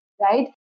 right